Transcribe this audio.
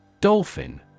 Dolphin